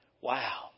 Wow